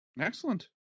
Excellent